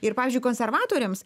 ir pavyzdžiui konservatoriams